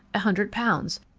a hundred pounds,